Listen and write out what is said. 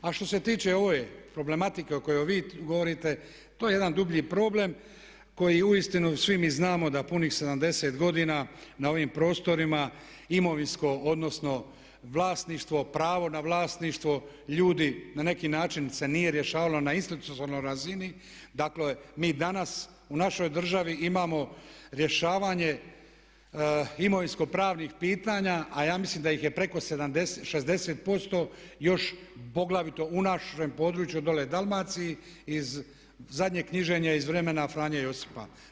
A što se tiče ove problematike o kojoj vi govorite, to je jedan dublji problem koji uistinu svi mi znamo da punih 70 godina na ovim prostorima imovinsko odnosno vlasništvo, pravo na vlasništvo ljudi na neki način se nije rješavalo na istoj razini, dakle mi danas u našoj državi imamo rješavanje imovinsko pravnih pitanja a ja mislim da ih je preko 60% još poglavito u našem području dolje Dalmaciji, zadnje knjiženje iz vremena Franje Josipa.